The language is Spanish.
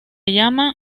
llama